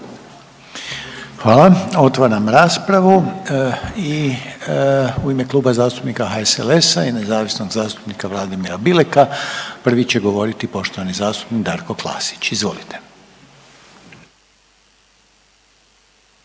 Hvala. Otvaram raspravu i u ime Kluba zastupnika HSLS-a i nezavisnog zastupnika Vladimira Bileka, prvi će govoriti poštovani zastupnik Darko Klasić. Izvolite.